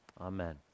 amen